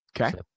Okay